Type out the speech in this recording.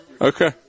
Okay